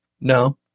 No